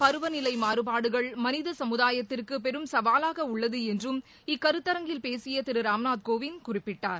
பருவநிலை மாறுபாடுகள் மனித சமுதாயத்திற்கு பெரும் சவாலாக உள்ளது என்றும் இக்கருத்தரங்கில் பேசிய திரு ராம்நாத் கோவிந்த் குறிப்பிட்டார்